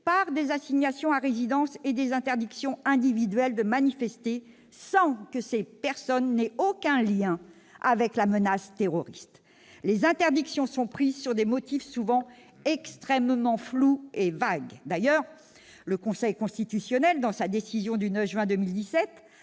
par des assignations à résidence et des interdictions individuelles de manifester, sans que ces personnes aient aucun lien avec la menace terroriste. Les interdictions sont prises sur des motifs souvent extrêmement flous et vagues. D'ailleurs, le Conseil constitutionnel, dans sa décision du 9 juin 2017,